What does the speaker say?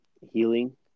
healing